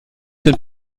sind